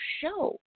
show